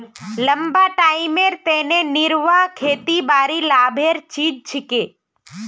लंबा टाइमेर तने निर्वाह खेतीबाड़ी लाभेर चीज छिके